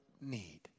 need